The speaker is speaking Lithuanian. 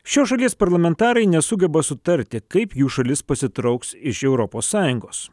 šios šalies parlamentarai nesugeba sutarti kaip jų šalis pasitrauks iš europos sąjungos